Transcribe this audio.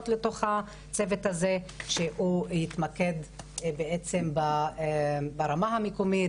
לתוך הצוות הזה שהוא יתמקד ברמה המקומית,